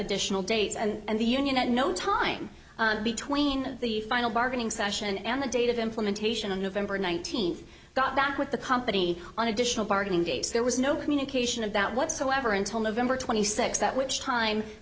additional dates and the union at no time between the final bargaining session and the date of implementation on november nineteenth got back with the company on additional bargaining dates there was no communication of that whatsoever until november twenty sixth at which time